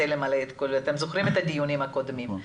אתם זוכרים את הדיונים הקודמים.